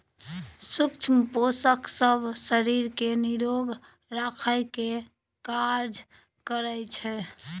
सुक्ष्म पोषक सब शरीर केँ निरोग राखय केर काज करइ छै